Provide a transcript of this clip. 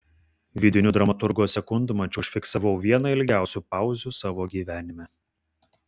vidiniu dramaturgo sekundmačiu užfiksavau vieną ilgiausių pauzių savo gyvenime